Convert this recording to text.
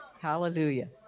Hallelujah